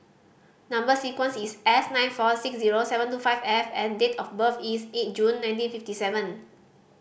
number sequence is S nine four six zero seven two five F and date of birth is eight June nineteen fifty seven